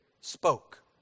spoke